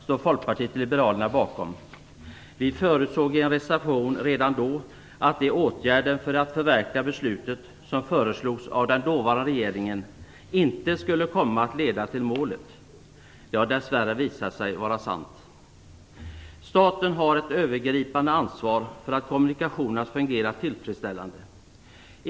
Vi förutsåg redan då i en reservation att de åtgärder för förverkligandet av beslutet som föreslogs av den dåvarande regeringen inte skulle komma att leda till målet. Det har dess värre visat sig vara sant. Staten har ett övergripande ansvar för att kommunikationerna fungerar tillfredsställande.